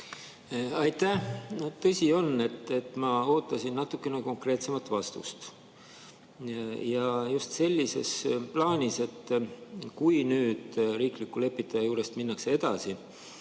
Aitäh! Tõsi on, et ma ootasin natukene konkreetsemat vastust. Ja just sellises plaanis, et kui nüüd riikliku lepitaja juurest minnakse edasi